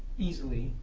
easily.